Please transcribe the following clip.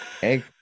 Hey